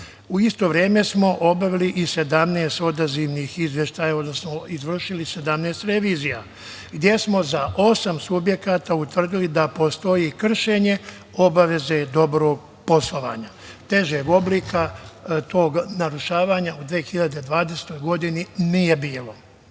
isto vreme smo obavili i 17 odazivnih izveštaja, odnosno izvršili 17 revizija, gde smo za osam subjekata utvrdili da postoji kršenje obaveze dobrog poslovanja. Težeg oblika tog narušavanja u 2020. godini nije bilo. Što